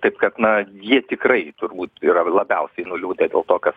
taip kad na jie tikrai turbūt yra labiausiai nuliūdę dėl to kas